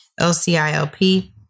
LCILP